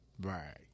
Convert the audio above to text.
Right